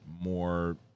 more